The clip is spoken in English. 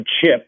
chip